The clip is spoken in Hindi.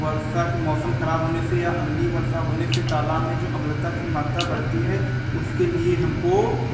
वर्षा के मौसम खराब होने से या अम्लीय वर्षा होने से तालाब में जो अम्लता की मात्रा बढ़ती है उसके लिए हमको